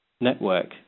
Network